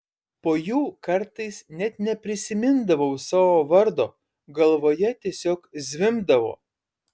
po jų kartais net neprisimindavau savo vardo galvoje tiesiog zvimbdavo